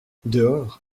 dehors